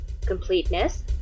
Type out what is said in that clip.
Completeness